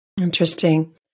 Interesting